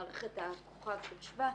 מערכת שבא,